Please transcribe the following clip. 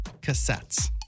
cassettes